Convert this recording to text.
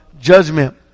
judgment